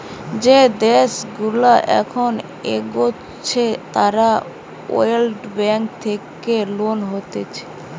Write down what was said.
যে দেশগুলা এখন এগোচ্ছে তারা ওয়ার্ল্ড ব্যাঙ্ক থেকে লোন লইতেছে